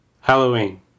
Halloween